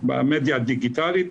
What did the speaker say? במדיה הדיגיטלית.